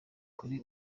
kuri